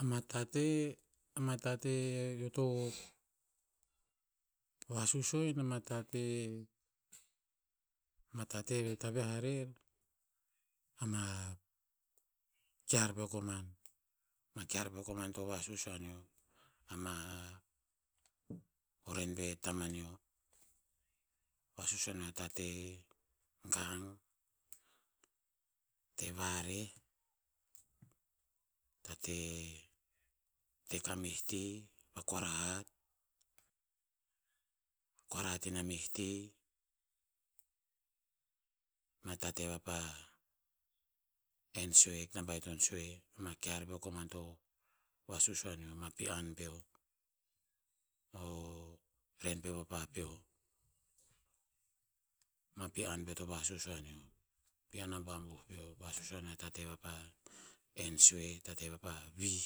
Ama tate, ama tate eo to, vasus o in ama tate, ama tate ve hikta viah arer, ama kear peo koman. Ma kear peo koman to vasus o aneo. Ama, o ren pe tama neo.-vasus o aneo a tate, gang, tate vareh, tate tek a meh ti, vakoarahat, koarahat ina meh ti, ma tate vapa en sue. Hikta baiton sue. Ma kear peo koman to vasus o aneo, ma pi'an peo. O, ren pe popa peo. Ma pi'an peo to vasus o a neo. Pi'an abuabuh peo to vasus o aneo a tate vapa en sue, tate vapa vih,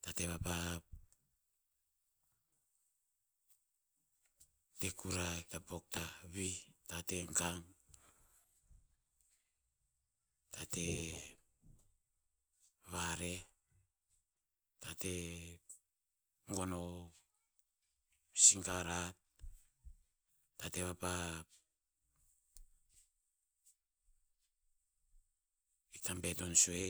tate vapa te kura, hikta pok tah. Vih. Tate gang, tate va reh. Tate gon o sigar hat. Tate vapa hikta beton sue.